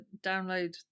download